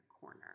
corner